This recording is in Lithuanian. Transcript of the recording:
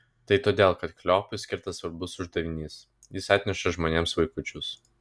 tai todėl kad kleopui skirtas svarbus uždavinys jis atneša žmonėms vaikučius